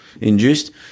induced